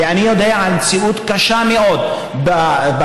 ואני יודע על מציאות קשה מאוד בצפון,